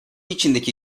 içindeki